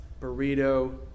burrito